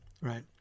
right